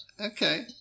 Okay